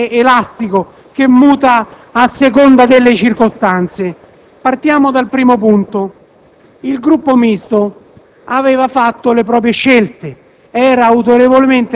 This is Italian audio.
una norma «elastico» che muta a seconda delle circostanze. Partiamo dal primo punto. Il Gruppo Misto aveva fatto le proprie scelte,